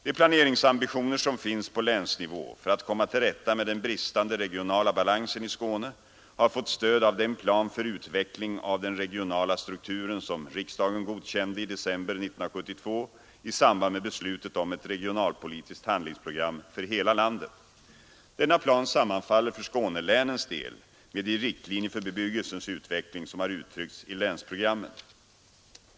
De planeringsambitioner som finns på länsnivå för att komma till rätta med den bristande regionala balansen i Skåne har fått stöd av den plan för utveckling av den regionala strukturen som riksdagen godkände i december 1972 i samband med beslutet om ett regionalpolitiskt handlingsprogram för hela landet. Denna plan sammanfaller för Skånelänens del med de riktlinjer för bebyggelsens utveckling som har uttryckts i länsprogrammen.